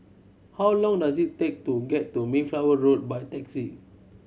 how long does it take to get to Mayflower Road by taxi